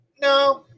no